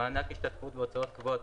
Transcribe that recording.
מענק השתתפות בהוצאות קבועות,